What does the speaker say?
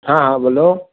हाँ हाँ बोलो